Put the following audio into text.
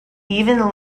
even